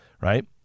right